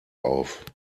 auf